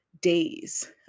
days